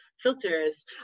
filters